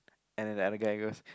and the other guy goes